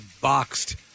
boxed